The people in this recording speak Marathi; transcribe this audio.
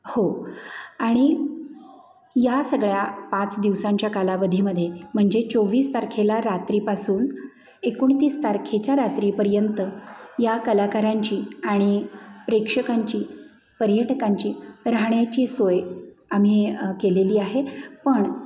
हो आणि या सगळ्या पाच दिवसांच्या कालावधीमध्ये म्हणजे चोवीस तारखेला रात्रीपासून एकोणतीस तारखेच्या रात्रीपर्यंत या कलाकारांची आणि प्रेक्षकांची पर्यटकांची राहण्याची सोय आम्ही केलेली आहे पण